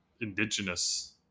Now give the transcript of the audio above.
indigenous